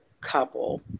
couple